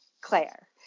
Claire